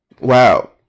wow